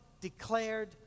declared